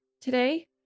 today